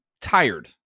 tired